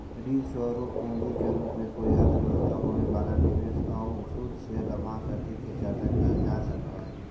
ऋण स्वरूप पूंजी के रूप में कोई अर्थव्यवस्था में होवे वाला निवेश आउ शुद्ध शेयर लाभांश इत्यादि के चर्चा कैल जा सकऽ हई